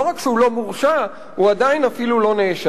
לא רק שהוא לא מורשע, הוא עדיין אפילו לא נאשם.